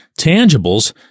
tangibles